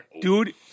Dude